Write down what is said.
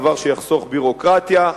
דבר שיחסוך ביורוקרטיה,